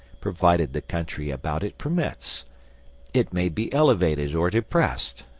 provided the country about it permits it may be elevated or depressed,